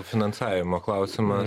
finansavimo klausimas